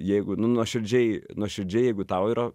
jeigu nu nuoširdžiai nuoširdžiai jeigu tau yra